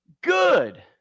good